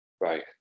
right